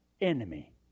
enemy